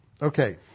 Okay